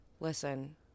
listen